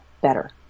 better